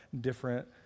different